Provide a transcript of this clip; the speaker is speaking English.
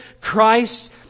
Christ